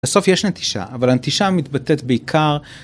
בסוף יש נטישה אבל הנטישה מתבטאת בעיקר